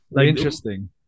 interesting